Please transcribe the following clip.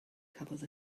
cafodd